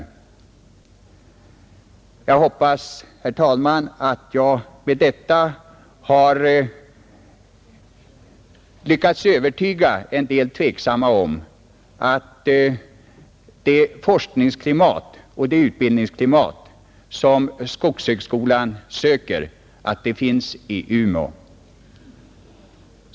Jag hoppas, herr talman, att jag med detta har lyckats övertyga en del tveksamma om att det forskningsoch utbildningsklimat som skogshögskolan önskar finns i Umeå.